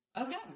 Okay